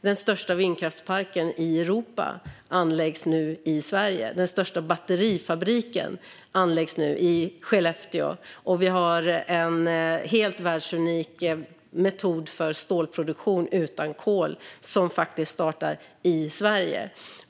Den största vindkraftsparken i Europa anläggs nu i Sverige, den största batterifabriken anläggs nu i Skellefteå och vi har en helt världsunik metod för stålproduktion utan kol som faktiskt startar i Sverige.